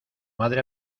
madre